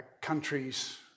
countries